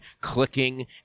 clicking